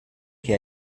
che